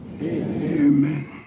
Amen